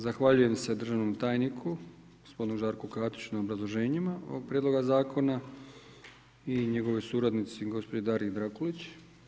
Zahvaljujem se državnom tajniku gospodinu Žarku Katiću na obrazloženjima ovoga prijedloga zakona i njegovoj suradnici gospođi Dariji Drakulić.